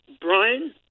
Brian